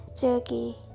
jerky